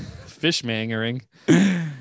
Fish-mangering